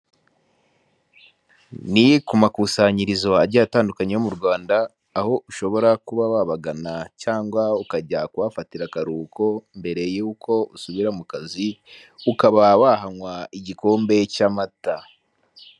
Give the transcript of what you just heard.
Ni ku makusanyirizo agiye atandukanye yo mu Rwanda, aho ushobora kuba wabagana cyangwa ukajya kuhafatira akaruhuko mbere y'uko usubira mu kazi, ukaba wahanywa igikombe cy'amata.